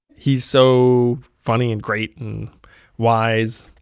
he's so funny and great and wise.